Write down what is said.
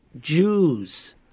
Jews